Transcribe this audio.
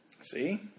See